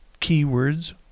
keywords